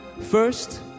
First